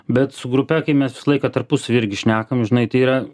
bet su grupe kai mes visą laiką tarpusavy irgi šnekam žinai tai yra